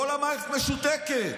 כל המערכת משותקת.